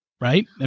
right